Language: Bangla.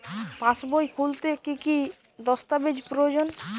পাসবই খুলতে কি কি দস্তাবেজ প্রয়োজন?